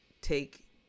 take